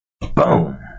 boom